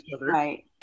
Right